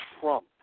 trump